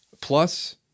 plus